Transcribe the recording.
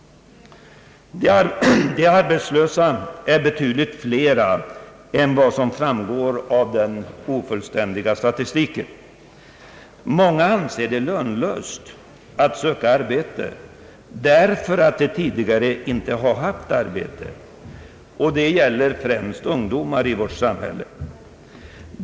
De arbetslösa är betydligt flera än vad som framgår av den ofullständiga statistiken. Många anser det lönlöst att söka arbete därför att de tidigare inte har haft arbete. Det gäller främst ungdomar i vårt samhälle.